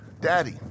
Daddy